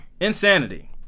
Insanity